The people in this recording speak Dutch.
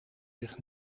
zich